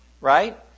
Right